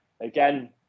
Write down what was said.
again